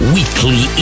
Weekly